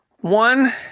One